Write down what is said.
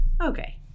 okay